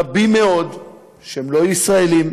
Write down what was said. רבים מאוד שהם לא ישראלים,